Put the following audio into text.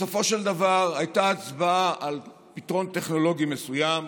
בסופו של דבר הייתה הצבעה על פתרון טכנולוגי מסוים,